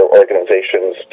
organizations